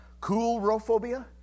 coolrophobia